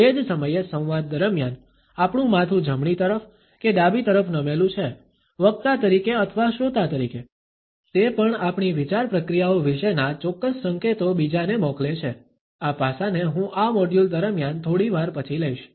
તે જ સમયે સંવાદ દરમિયાન આપણું માથું જમણી તરફ કે ડાબી તરફ નમેલું છે વક્તા તરીકે અથવા શ્રોતા તરીકે તે પણ આપણી વિચાર પ્રક્રિયાઓ વિશેના ચોક્કસ સંકેતો બીજાને મોકલે છે આ પાસાને હું આ મોડ્યુલ દરમિયાન થોડી વાર પછી લઈશ